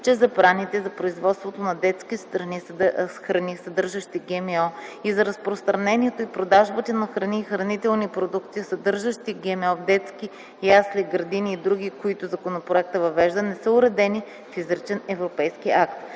че забраните за производството на детски храни, съдържащи ГМО и за разпространението и продажбата на храни и хранителни продукти, съдържащи ГМО в детски ясли, детски градини и други, които законопроекта въвежда, не са уредени в изричен европейски акт.